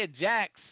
Jax